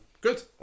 good